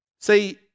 See